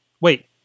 Wait